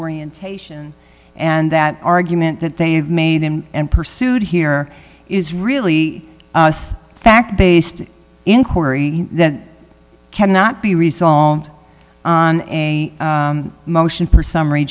orientation and that argument that they have made and pursued here is really fact based inquiry that cannot be resolved on a motion for summary